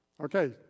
Okay